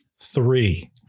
three